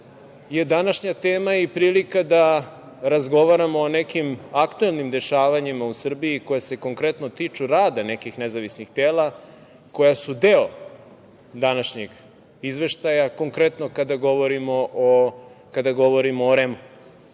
je današnja tema i prilika da razgovaramo o nekim aktuelnim dešavanjima u Srbiji koja se konkretno tiču rada nekih nezavisnih tela koja su deo današnjeg izveštaja, konkretno kada govorimo o REM-u,